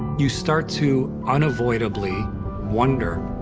you start to unavoidably wonder,